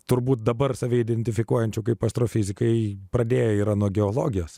turbūt dabar save identifikuojančių kaip astrofizikai pradėjo yra nuo geologijos